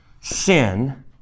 Sin